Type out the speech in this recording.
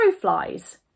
flies